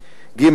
ג.